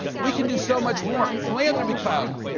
we can do so much more. philanthropy cloud,